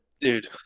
Dude